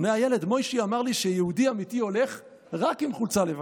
עונה הילד: מוישי אמר לי שיהודי אמיתי הולך רק עם חולצה לבנה.